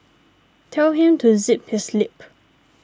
tell him to zip his lip